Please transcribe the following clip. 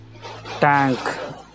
tank